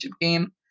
game